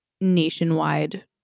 nationwide